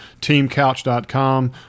teamcouch.com